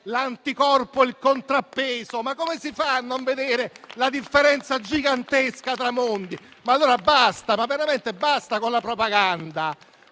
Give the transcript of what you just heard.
l'anticorpo e il contrappeso? Ma come si fa a non vedere la differenza gigantesca tra mondi? Basta, ma veramente basta con la propaganda!